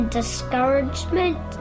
discouragement